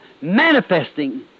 manifesting